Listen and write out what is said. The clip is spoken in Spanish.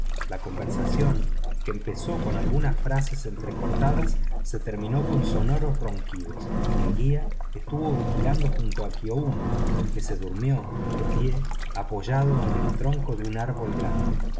la conversación que empezó con algunas frases entrecortadas se terminó con sonoros ronquidos el guía estuvo vigilando junto a kiouni que se durmió de pie apoyado en el tronco de un árbol grande